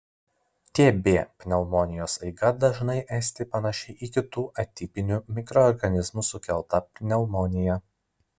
tb pneumonijos eiga dažnai esti panaši į kitų atipinių mikroorganizmų sukeltą pneumoniją